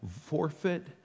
forfeit